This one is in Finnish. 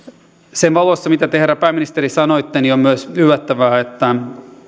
sen valossa mitä te herra pääministeri sanoitte on myös yllättävää että